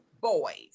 boys